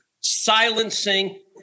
silencing